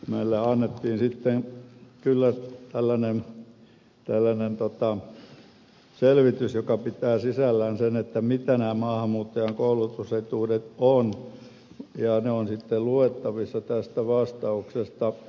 meille annettiin sitten kyllä tällainen selvitys joka pitää sisällään sen mitä nämä maahanmuuttajan koulutusetuudet ovat ja ne ovat sitten luettavissa tästä vastauksesta